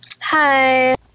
Hi